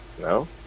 No